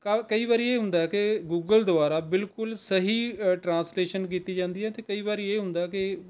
ਕਵ ਕਈ ਵਾਰੀ ਇਹ ਹੁੰਦਾ ਹੈ ਕਿ ਗੂਗਲ ਦੁਆਰਾ ਬਿਲਕੁਲ ਸਹੀ ਟਰਾਂਸਲੇਸ਼ਨ ਕੀਤੀ ਜਾਂਦੀ ਹੈ ਅਤੇ ਕਈ ਵਾਰੀ ਇਹ ਹੁੰਦਾ ਕਿ